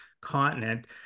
continent